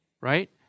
right